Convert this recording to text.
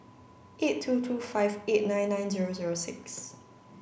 eight two two five eight nine nine zero zero six